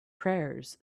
prayers